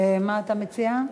מה אתה מציע?